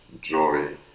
joy